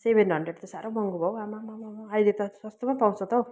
seven hundred त साह्रो महँगो भयो आमामामामा अहिले त सस्तोमा पाउँछ त हो